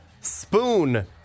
Spoon